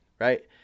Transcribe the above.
right